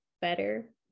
better